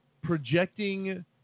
projecting